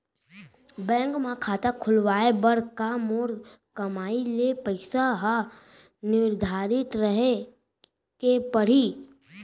Bank म खाता खुलवाये बर का मोर कमाई के पइसा ह निर्धारित रहे के पड़ही?